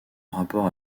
rapport